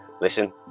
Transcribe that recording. Listen